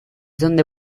donde